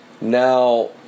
Now